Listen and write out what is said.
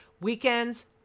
Weekends